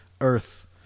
earth